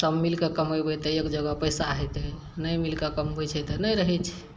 सभ मिलकऽ कमेबै तऽ एक जगह पैसा होयतै नहि मिल कऽ कमबै छै तऽ नहि रहै छै